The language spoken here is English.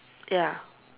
ya